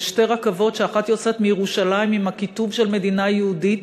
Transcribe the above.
שתי רכבות שאחת יוצאת מירושלים עם הכיתוב של מדינה יהודית